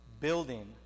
building